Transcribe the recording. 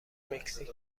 مکزیک